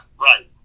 right